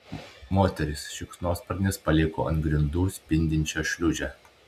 moteris šikšnosparnis paliko ant grindų spindinčią šliūžę